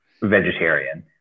vegetarian